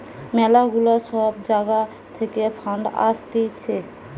ম্যালা গুলা সব জাগা থাকে ফান্ড আসতিছে